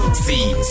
see